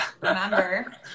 Remember